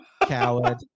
coward